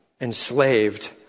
enslaved